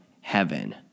heaven